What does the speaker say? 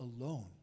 alone